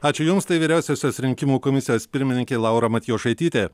ačiū jums tai vyriausiosios rinkimų komisijos pirmininkė laura matjošaitytė